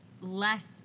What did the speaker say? less